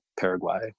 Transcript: Paraguay